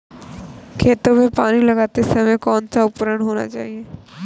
खेतों में पानी लगाते समय कौन सा उपकरण होना चाहिए?